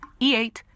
E8